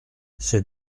c’est